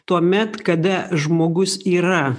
tuomet kada žmogus yra